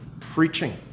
preaching